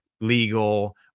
legal